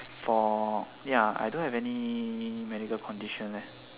for ya I don't have any medical condition